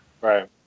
Right